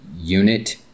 unit